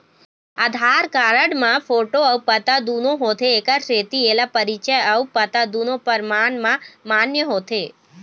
आधार card म photo अउ पता दुनो होथे एखर सेती एला परिचय अउ पता दुनो परमान म मान्य होथे